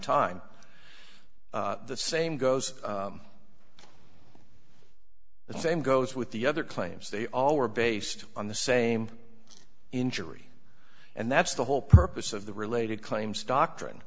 time the same goes the same goes with the other claims they all were based on the same injury and that's the whole purpose of the related claims doctrine